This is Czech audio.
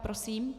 Prosím.